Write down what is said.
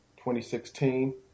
2016